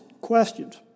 questions